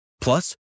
Plus